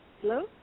Hello